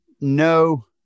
no